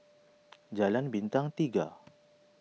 Jalan Bintang Tiga